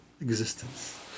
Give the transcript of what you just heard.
existence